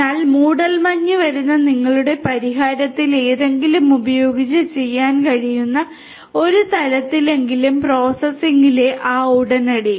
അതിനാൽ മൂടൽമഞ്ഞ് വരുന്ന നിങ്ങളുടെ പരിഹാരത്തിൽ എന്തെങ്കിലും ഉപയോഗിച്ച് ചെയ്യാൻ കഴിയുന്ന ഒരു തലത്തിലെങ്കിലും പ്രോസസ്സിംഗിലെ ആ ഉടനടി